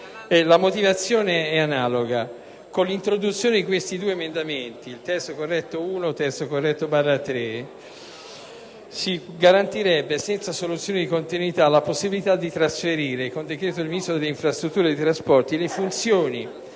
la motivazione è analoga. Con l'introduzione degli emendamenti 3.0.5 (testo 2 corretto)/1 e 3.0.5 (testo 2 corretto)/3 si garantirebbe senza soluzione di continuità la possibilità di trasferire con decreto del Ministro delle infrastrutture e dei trasporti le funzioni